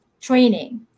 training